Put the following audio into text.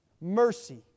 mercy